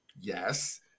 yes